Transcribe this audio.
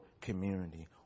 community